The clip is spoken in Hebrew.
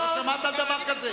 לא שמעת על דבר כזה?